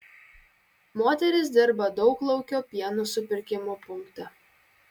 moteris dirba dauglaukio pieno supirkimo punkte